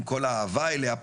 עם כל האהבה אליה,